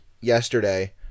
yesterday